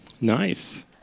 Nice